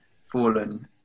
fallen